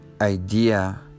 idea